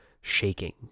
shaking